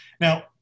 Now